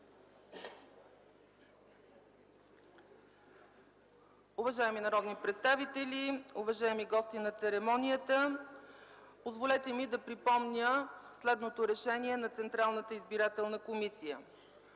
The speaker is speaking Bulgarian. Уважаеми народни представители, уважаеми гости на церемонията! Позволете ми да припомня следното решение на Централната избирателна комисия: